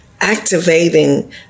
activating